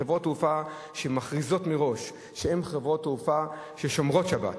חברות תעופה שמכריזות מראש שהן חברות תעופה ששומרות שבת,